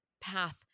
path